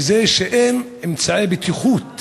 מזה שאין אמצעי בטיחות